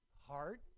heart